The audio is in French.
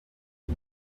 des